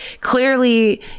clearly